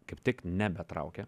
kaip tik nebetraukia